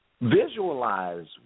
Visualize